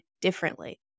differently